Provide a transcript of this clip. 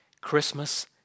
Christmas